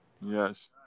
Yes